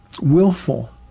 willful